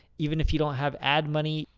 even if you don't have ad money,